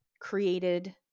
created